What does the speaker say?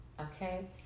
Okay